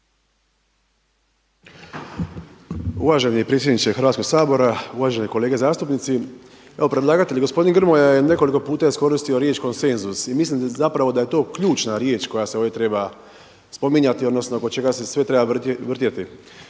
Uvaženi predsjedniče Hrvatskog sabora, uvažene kolege zastupnici. Evo predlagatelj gospodin Grmoja je nekoliko puta iskoristio riječ konsenzus i mislim da je zapravo to ključna riječ koja se ovdje treba spominjati odnosno oko čega se sve treba vrtjeti.